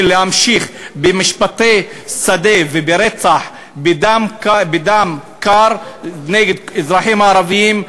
להמשיך במשפטי שדה וברצח בדם קר נגד אזרחים ערבים,